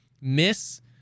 miss